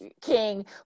King